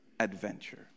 Adventure